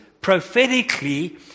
prophetically